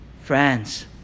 Friends